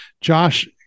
Josh